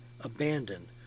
abandoned